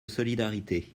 solidarité